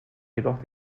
jedoch